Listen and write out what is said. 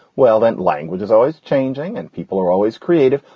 well, then language is always changing and people are always creative.